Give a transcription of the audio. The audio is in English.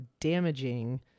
damaging